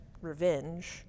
revenge